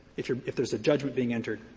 if you're if there's a judgment being entered,